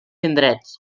indrets